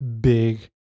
big